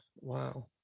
Wow